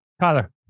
Tyler